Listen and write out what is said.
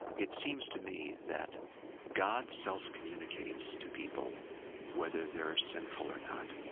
it seems to me that god self-communicates to people whether they're sinful or not,